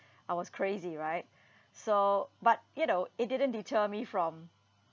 I was crazy right so but you know it didn't deter me from